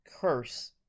curse